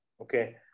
okay